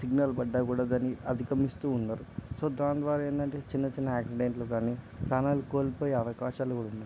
signal పడ్డా కూడా దాన్ని అధికమిస్తూ ఉన్నారు సో దాని ద్వారా ఏంటంటే చిన్న చిన్న యాక్సిడెంట్లు కానీ ప్రాణాలు కోల్పోయే అవకాశాలు కూడా ఉన్నయి